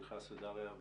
פנחס ודריה.